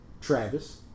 Travis